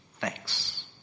thanks